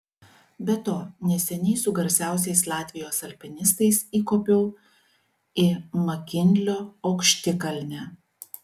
be to neseniai su garsiausiais latvijos alpinistais įkopiau į makinlio aukštikalnę